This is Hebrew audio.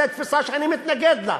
זה תפיסה שאני מתנגד לה.